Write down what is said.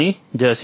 બની જશે